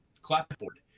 clapboard